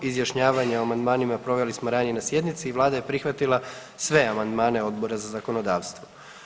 Izjašnjavanje o amandmanima proveli smo ranije na sjednici i vlada je prihvatila sve amandmane Odbora za zakonodavstvo.